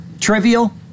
Trivial